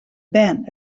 bern